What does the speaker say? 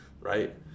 right